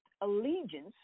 allegiance